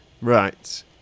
Right